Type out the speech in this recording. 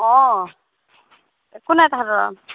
অঁ একো নাই তাহাতৰ আৰু